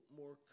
more